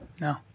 No